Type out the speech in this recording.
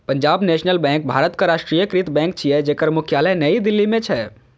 Punjab national bank भारतक राष्ट्रीयकृत bank छियै, जेकर मुख्यालय नई दिल्ली मे छै